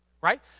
Right